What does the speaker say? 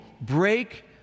break